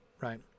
right